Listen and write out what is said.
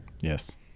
Yes